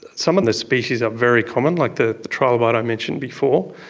some of the species are very common, like the the trilobite i mentioned before,